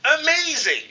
Amazing